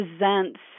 presents